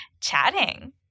chatting